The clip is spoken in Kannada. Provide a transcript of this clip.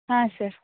ಹಾಂ ಸರ್